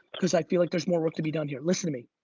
cause i feel like there's more work to be done here. listen to me.